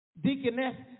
Deaconess